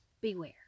beware